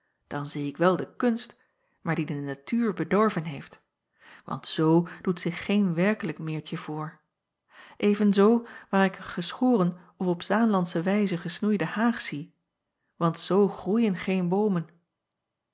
dan zie ik wel de kunst maar die de natuur bedorven heeft want z doet zich geen werkelijk meertje voor venzoo waar ik een geschoren of op aanlandsche wijze gesnoeide haag zie want zoo groeien geen boomen